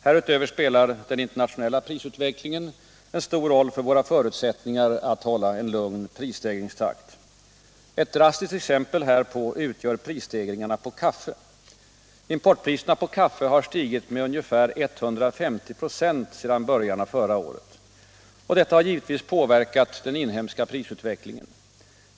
Härutöver spelar den internationella prisutvecklingen en stor roll för våra förutsättningar att hålla en lugn prisstegringstakt. Ett drastiskt exempel härpå utgör prisstegringarna på kaffe. Importpriserna på kaffe har stigit med ca 150 96 sedan början av förra året. Detta har givetvis påverkat den inhemska prisutvecklingen.